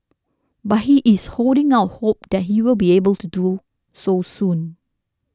but he is holding out hope that he will be able to do so soon